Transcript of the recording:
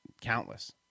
Countless